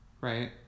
right